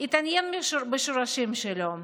התעניין בשורשים שלו,